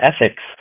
ethics